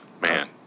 Man